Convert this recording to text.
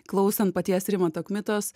klausant paties rimanto kmitos